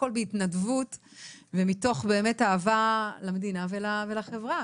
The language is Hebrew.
הכל בהתנדבות ומתוך באמת אהבה למדינה ולחברה,